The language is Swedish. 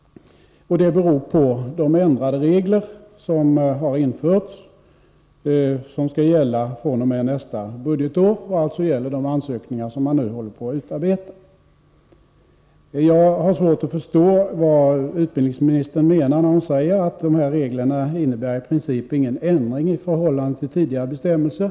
Det beror på de ändrade regler som skall gälla fr.o.m. nästa budgetår och som alltså skall tillämpas för de ansökningar som man nu håller på att utarbeta. Jag har svårt att förstå vad utbildningsministern menar när hon säger att de nya reglerna i princip inte innebär någon ändring i förhållande till tidigare bestämmelser.